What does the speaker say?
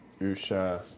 Usha